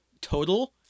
total